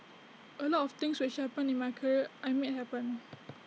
A lot of things which happened in my career I made happen